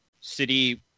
city